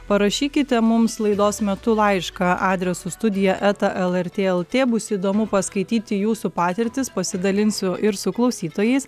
parašykite mums laidos metu laišką adresu studija eta lrt lt bus įdomu paskaityti jūsų patirtis pasidalinsiu ir su klausytojais